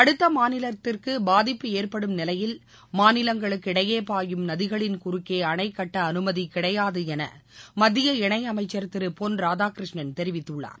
அடுத்த மாநிலத்திற்கு பாதிப்பு ஏற்படும் நிலையில் மாநிலங்களுக்கிடையே பாயும் நதிகளின் குறுக்கே அணை கட்ட அனுமதி கிடையாது என மத்திய இணையமைச்சர் திரு பொன் ராதாகிருஷ்ணன் தெரிவித்துள்ளார்